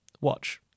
Watch